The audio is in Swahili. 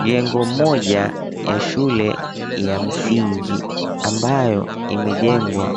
Jengo moja ya shule ya msingi ambayo imejengwa